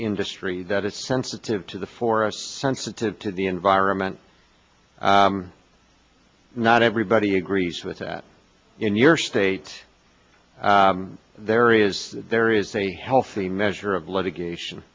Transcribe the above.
industry that is sensitive to the for us sensitive to the environment not everybody agrees with that in your state there is there is a healthy measure of litigation